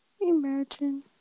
Imagine